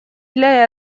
для